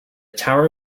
tower